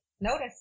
Notice